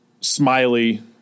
Smiley